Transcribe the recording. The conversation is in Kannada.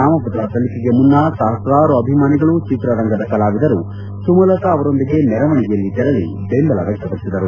ನಾಮಪತ್ರ ಸಲ್ಲಿಕೆಗೆ ಮುನ್ನ ಸಪಸ್ತಾರು ಅಭಿಮಾನಿಗಳು ಚಿತ್ರರಂಗದ ಕಲಾವಿದರು ಸುಮಲತಾ ಅವರೊಂದಿಗೆ ಮೆರವಣಿಗೆಯಲ್ಲಿ ತೆರಳಿ ಬೆಂಬಲ ವ್ಯಕ್ತ ಪಡಿಸಿದರು